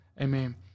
Amen